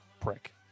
prick